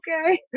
okay